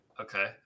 Okay